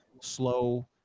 slow